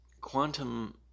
quantum